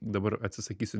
dabar atsisakysiu